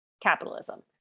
capitalism